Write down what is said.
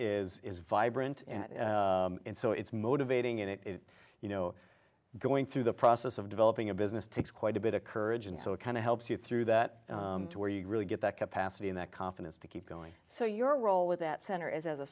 community is vibrant and so it's motivating and it is you know going through the process of developing a business takes quite a bit of courage and so it kind of helps you through that to where you really get that capacity and that confidence to keep going so your role with that center is as a